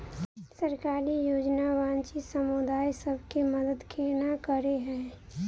सरकारी योजना वंचित समुदाय सब केँ मदद केना करे है?